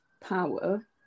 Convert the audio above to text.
power